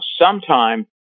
sometime